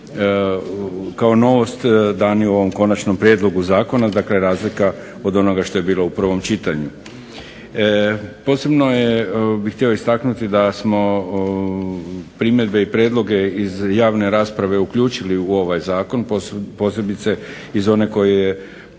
kao novost dani u ovom konačnom prijedlogu zakona. Dakle, razlika od onoga što je bilo u prvom čitanju. Posebno bih htio istaknuti da smo primjedbe i prijedloge iz javne rasprave uključili u ovaj zakon, posebice iz one koje je